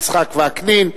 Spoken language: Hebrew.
יצחק וקנין,